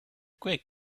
quick